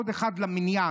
עוד אחד למניין,